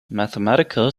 mathematical